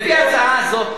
לפי ההצעה הזאת,